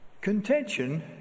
Contention